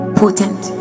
potent